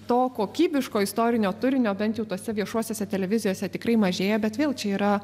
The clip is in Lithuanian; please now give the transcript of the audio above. to kokybiško istorinio turinio bent jau tose viešosiose televizijose tikrai mažėja bet vėl čia yra